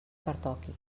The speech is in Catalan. pertoqui